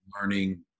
learning